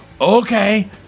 Okay